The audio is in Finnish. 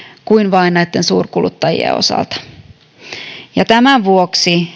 kuin vain näitten suurkuluttajien osalta tämän vuoksi